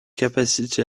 capacité